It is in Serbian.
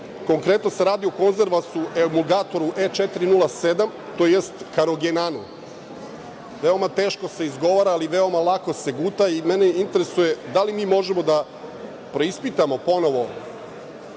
konkretno se radi o konzervansu elmugatoru E-407, tj. karogenanu. Veoma teško se izgovara, ali veoma lako se guta. Mene interesuje da li mi možemo da preispitamo ponovo